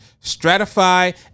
stratify